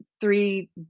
three